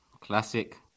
Classic